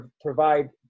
provide